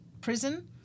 prison